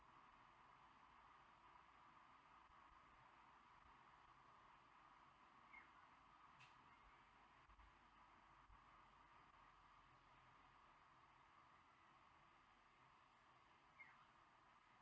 yeuh sure uh